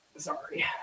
Sorry